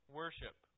worship